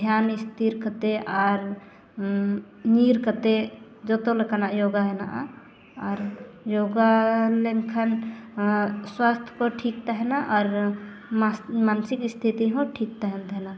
ᱫᱷᱮᱭᱟᱱ ᱥᱛᱷᱤᱨ ᱠᱟᱛᱮᱫ ᱟᱨ ᱧᱤᱨ ᱠᱟᱛᱮᱫ ᱡᱚᱛᱚ ᱞᱮᱠᱟᱱᱟᱜ ᱦᱮᱱᱟᱜᱼᱟ ᱟᱨ ᱞᱮᱱᱠᱷᱟᱱ ᱥᱚᱣᱟᱥᱛᱷ ᱠᱚ ᱴᱷᱤᱠ ᱛᱟᱦᱮᱱᱟ ᱟᱨ ᱢᱟᱱᱥᱤᱠ ᱤᱥᱛᱤᱛᱤ ᱦᱚᱸ ᱴᱷᱤᱠ ᱛᱟᱦᱮᱱ ᱛᱟᱦᱮᱱᱟ